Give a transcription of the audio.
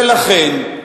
ולכן,